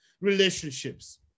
relationships